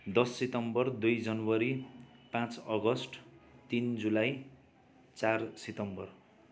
दस सितम्बर दुई जनवरी पाँच अगस्ट तिन जुलाई चार सितम्बर